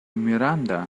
miranda